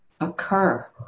occur